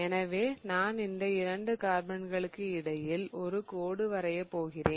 எனவே நான் இந்த இரண்டு கார்பன்களுக்கு இடையில் ஒரு கோடு வரைய போகிறேன்